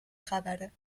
خبره